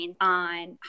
on